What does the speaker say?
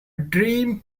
dream